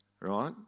right